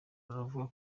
baravuga